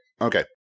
Okay